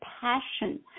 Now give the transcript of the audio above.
passion